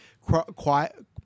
quiet